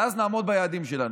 ואז נעמוד ביעדים שלנו.